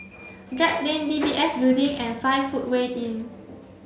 Drake Lane D B S Building and five foot way Inn